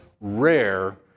rare